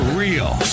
real